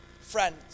friends